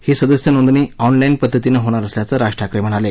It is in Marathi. ही सदस्य नोंदणी ऑनलाईन पद्धतीनं होणार असल्याचं राज ठाकरे म्हणाले